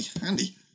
Handy